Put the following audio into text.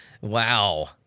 Wow